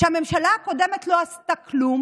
שהממשלה הקודמת לא עשתה כלום